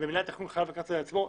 מנהל התכנון חייב לקחת את זה על עצמו,